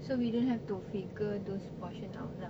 so we don't have to figure those portion out lah